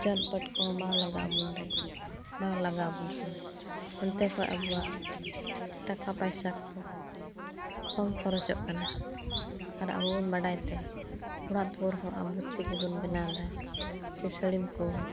ᱪᱟᱹᱞᱯᱟᱹᱴᱠᱚ ᱦᱚᱸ ᱵᱟᱝ ᱞᱟᱜᱟᱣᱵᱚᱱ ᱨᱮ ᱵᱟᱝ ᱞᱟᱜᱟᱣᱵᱚᱱ ᱠᱟᱱᱟ ᱚᱱᱛᱮᱠᱷᱚᱡ ᱟᱵᱚᱣᱟᱜ ᱴᱟᱠᱟ ᱯᱟᱭᱥᱟᱠᱚ ᱠᱚᱢ ᱠᱷᱚᱨᱚᱪᱚᱜ ᱠᱟᱱᱟ ᱟᱨ ᱟᱵᱚᱵᱚᱱ ᱵᱟᱲᱟᱭᱛᱮ ᱚᱲᱟᱜ ᱫᱩᱣᱟᱹᱨᱦᱚᱸ ᱟᱵᱚᱛᱮᱜᱮ ᱵᱚᱱ ᱵᱮᱱᱟᱣᱫᱟ ᱥᱟᱹᱲᱤᱢᱠᱚ